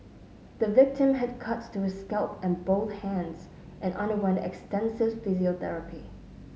the victim had cuts to his scalp and both hands and underwent extensive physiotherapy